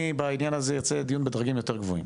אני בעניין הזה רוצה דיון בדרגים יותר גבוהים,